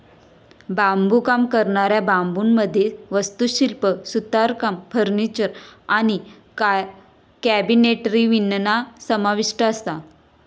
बांबुकाम करणाऱ्या बांबुमध्ये वास्तुशिल्प, सुतारकाम, फर्निचर आणि कॅबिनेटरी विणणा समाविष्ठ असता